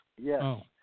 Yes